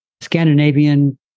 Scandinavian